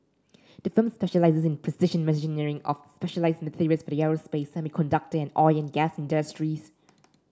the firm specialises in precision machining of specialised materials the aerospace semiconductor and oil and gas industries